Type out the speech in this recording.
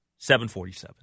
747